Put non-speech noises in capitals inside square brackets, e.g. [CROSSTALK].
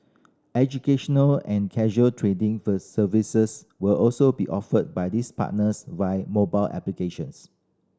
educational and casual trading [UNINTELLIGIBLE] services will also be offered by this partners via mobile applications